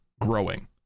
growing